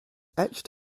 etched